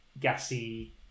gassy